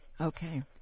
Okay